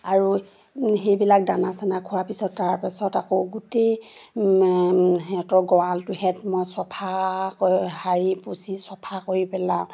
আৰু সেইবিলাক দানা চানা খোৱাৰ পিছত তাৰ পাছত আকৌ গোটেই সিহঁতৰ গঁৰালটোহেঁত মই চফা সাৰি পুচি চফা কৰি পেলাওঁ